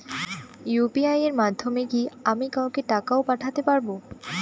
UPI এর মাধ্যমে কি আমি কাউকে টাকা ও পাঠাতে পারবো?